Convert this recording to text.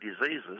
diseases